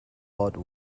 lot